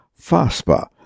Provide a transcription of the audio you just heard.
FASPA